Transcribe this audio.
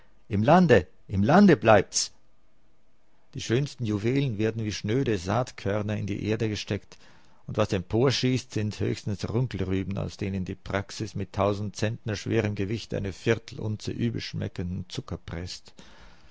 im lande im lande bleibt's die schönsten juwelen werden wie schnöde saatkörner in die erde gesteckt und was emporschießt sind höchstens runkelrüben aus denen die praxis mit tausend zentner schwerem gewicht eine viertelunze übelschmeckenden zucker preßt